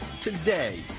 today